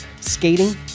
Skating